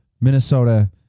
Minnesota